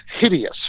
hideous